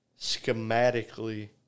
schematically